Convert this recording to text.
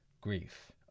grief